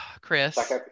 Chris